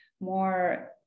more